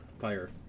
fire